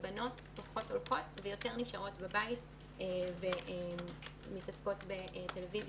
בנות יותר נשארות בבית ומתעסקות בטלוויזיה